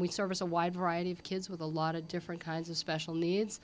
we service a wide variety of kids with a lot of different kinds of special needs